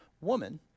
woman